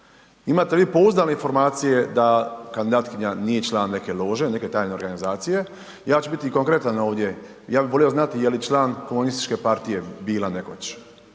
Imate li vi pouzdane informacije da kandidatkinja nije član neke lože, neke tajne organizacije? Ja ću biti konkretan ovdje, ja bih volio znati je li član Komunističke partije bila nekoć.